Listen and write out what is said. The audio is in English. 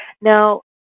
Now